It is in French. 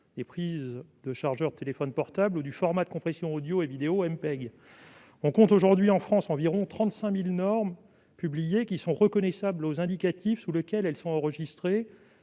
des prises de chargeurs de téléphones portables ou du format de compression audio et vidéo MPEG, pour. On compte actuellement en France environ 35 000 normes publiées, reconnaissables aux indicatifs sous lesquels elles sont enregistrées.